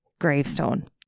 Gravestone